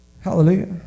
Hallelujah